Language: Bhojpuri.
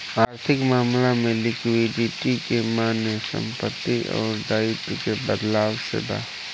आर्थिक मामला में लिक्विडिटी के माने संपत्ति अउर दाईत्व के बदलाव से बा